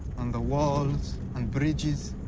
on the walls, on bridges,